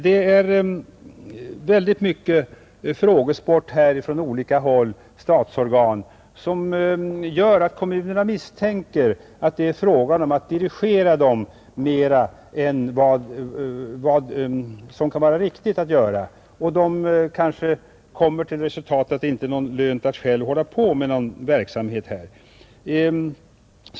Olika statsorgan bedriver väldigt mycket frågesport, vilket gör att kommunerna misstänker att avsikten är att dirigera dem mera än vad som kan vara riktigt att göra. De kommer kanske till resultatet att det inte är lönt för dem att själva hålla på med någon verksamhet.